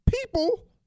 people